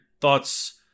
thoughts